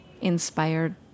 inspired